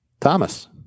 Thomas